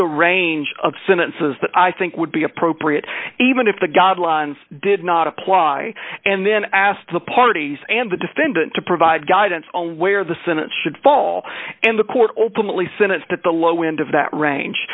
the range of sentences that i think would be appropriate even if the guidelines did not apply and then asked the parties and the defendant to provide guidance on where the senate should fall and the court ultimately sentenced at the low end of that range